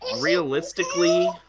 realistically